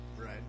Right